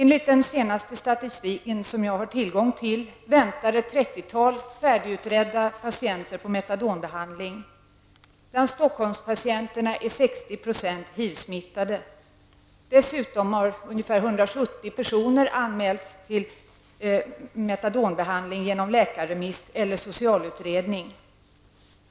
Enligt den senaste statistik som jag har tillgång till väntar ett trettiotal färdigutredda patienter på metadonbehandling. Bland Stockholmspatienterna är 60 % HIV-smittade. Dessutom har ungefär 170 personer anmälts till metadonbehandling genom läkarremiss eller socialutredning.